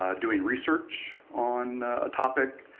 um doing research on a topic.